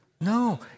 No